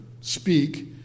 speak